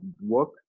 work